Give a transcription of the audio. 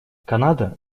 канада